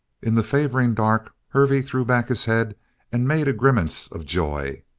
in the favoring dark, hervey threw back his head and made a grimace of joy.